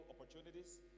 opportunities